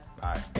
Bye